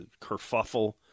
kerfuffle